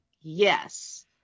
yes